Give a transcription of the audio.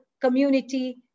community